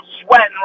sweating